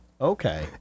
Okay